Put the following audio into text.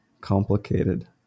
complicated